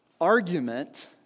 argument